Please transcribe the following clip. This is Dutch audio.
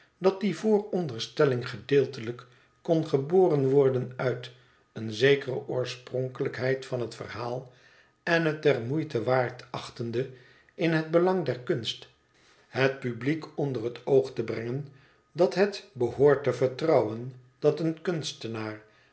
dat die vooronderstelling gedeeltelijk kon geboren worden uit eene zekere oorspronkelijkheid van het verhaal en het der moeite waard achtende in het belang der kunst het publiek onder het oog te brengen dat het behoort te vertrouwen dat een kunstenaar